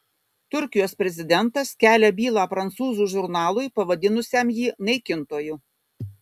turkijos prezidentas kelia bylą prancūzų žurnalui pavadinusiam jį naikintoju